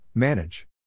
Manage